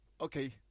Okay